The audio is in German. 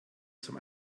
zum